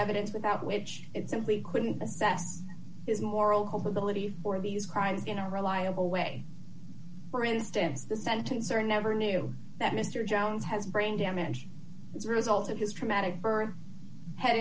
evidence without which it simply couldn't assess his moral culpability for these crimes in a reliable way for instance the sentence or never knew that mr jones has brain damage as a result of his traumatic birth head